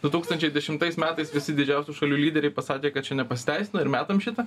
du tūkstančiai dešimtais metais visi didžiausių šalių lyderiai pasakė kad čia nepasiteisina ir metam šitą